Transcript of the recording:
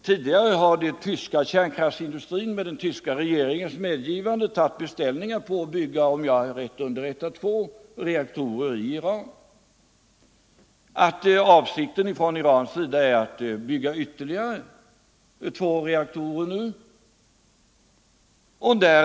Tidigare har den tyska kärnkraftsindustrin med den tyska regeringens medgivande tagit emot beställningar på att bygga - om jag är riktigt underrättad — två reaktorer i Iran.